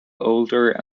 older